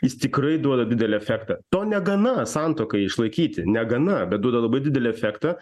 jis tikrai duoda didelį efektą to negana santuokai išlaikyti negana bet duoda labai didelį efektą